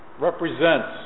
represents